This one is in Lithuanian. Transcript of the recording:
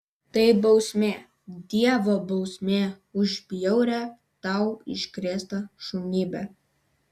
tai bausmė dievo bausmė už bjaurią tau iškrėstą šunybę